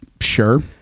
sure